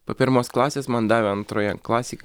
po pirmos klasės man davė antroje klasėj